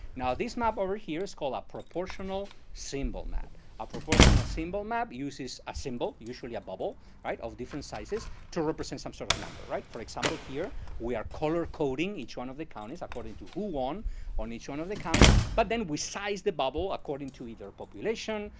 now this map over here is call up proportional symbol map. a proportional symbol map uses a symbol, usually a bubble of different sizes, to represent some sort of number. for example, here we are color coding each one of the counties according to who won on each one of the counties. but then we size the bubble according to either population,